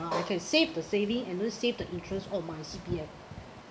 I can save the saving and then save the interest on my C_P_F